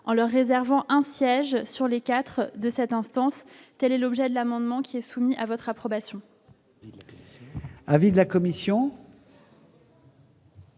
en leur réservant un siège sur les 4 de cette instance, quel est l'objet de l'amendement qui est soumis à votre approbation.